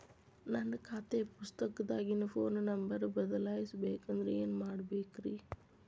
ನನ್ನ ಖಾತೆ ಪುಸ್ತಕದಾಗಿನ ಫೋನ್ ನಂಬರ್ ಬದಲಾಯಿಸ ಬೇಕಂದ್ರ ಏನ್ ಮಾಡ ಬೇಕ್ರಿ?